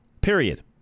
Period